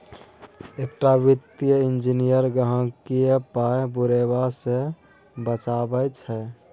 एकटा वित्तीय इंजीनियर गहिंकीक पाय बुरेबा सँ बचाबै छै